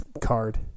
card